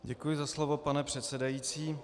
Děkuji za slovo pane předsedající.